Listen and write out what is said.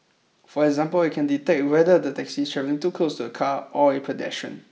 for example it can detect whether the taxi is travelling too close to a car or a pedestrian